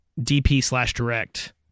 DP-slash-direct